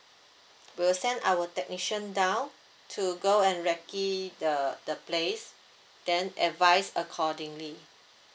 we will send our technician down to go and recce the the place then advice accordingly